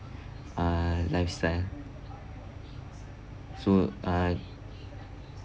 uh lifestyle so uh